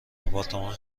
آپارتمان